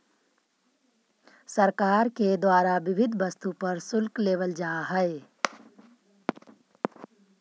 सरकार के द्वारा विविध वस्तु पर शुल्क लेवल जा हई